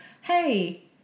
hey